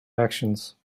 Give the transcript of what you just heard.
actions